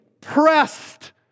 pressed